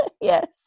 Yes